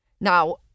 Now